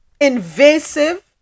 Invasive